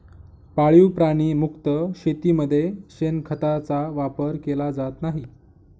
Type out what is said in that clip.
पाळीव प्राणी मुक्त शेतीमध्ये शेणखताचा वापर केला जात नाही